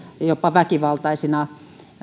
jopa väkivaltaisina